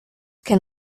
can